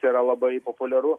tai yra labai populiaru